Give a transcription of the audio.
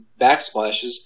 backsplashes